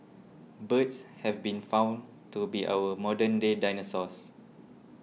birds have been found to be our modern day dinosaurs